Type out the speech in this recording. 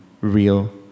real